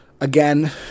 Again